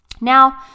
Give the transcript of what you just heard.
Now